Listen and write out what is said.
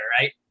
right